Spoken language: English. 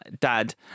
dad